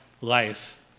life